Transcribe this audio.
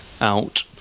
out